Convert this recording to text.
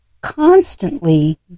constantly